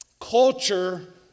Culture